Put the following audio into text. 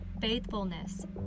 faithfulness